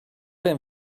been